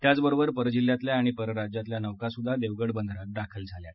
त्याचबरोबर परजिल्ह्यातल्या आणि परराज्यातल्या नौकासुद्वा देवगड बंदरात दाखल झाल्या आहेत